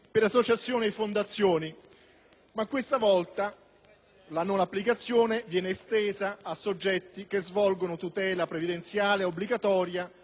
Ma questa volta la non applicazione viene estesa a soggetti che svolgono tutela previdenziale obbligatoria degli ordini professionali.